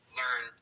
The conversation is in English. learn